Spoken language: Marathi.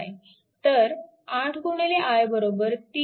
तर 8 i 3